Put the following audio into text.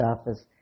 office